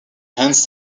hence